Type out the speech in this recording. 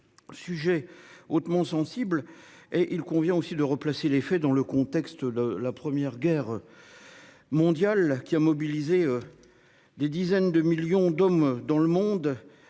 Sujet hautement sensible et il convient aussi de replacer les faits dans le contexte le la première guerre. Mondiale qui a mobilisé. Des dizaines de millions d'hommes dans le monde.